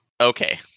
okay